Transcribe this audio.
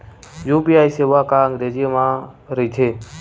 UPI सेवा का अंग्रेजी मा रहीथे?